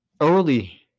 early